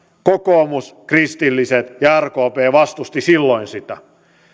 kokoomus kristilliset ja rkp vastustivat silloin sitä